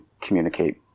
communicate